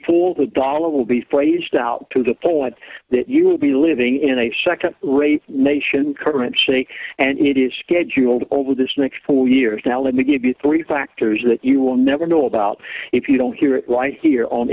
fool the dollar will be phrased out to the point that you will be living in a second rate nation currency and it is scheduled over this next four years now let me give you three factors that you will never know about if you don't hear it right here on